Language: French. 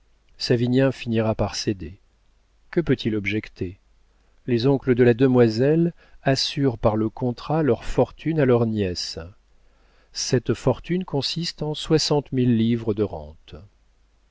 savinien finira par céder que peut-il objecter les oncles de la demoiselle assurent par le contrat leurs fortunes à leur nièce cette fortune consiste en soixante mille livres de rente